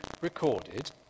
recorded